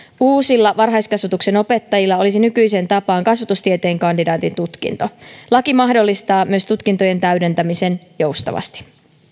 uusilla varhaiskasvatuksen opettajilla olisi nykyiseen tapaan kasvatustieteen kandidaatin tutkinto laki mahdollistaa myös tutkintojen täydentämisen joustavasti